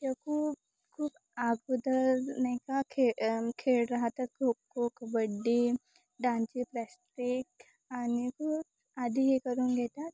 तेव्हा खूप खूप अगोदर नाही का खे खेळ राहतात खो खो कबड्डी डान्सची प्लॅस्टिक आणि खूप आधी हे करून घेतात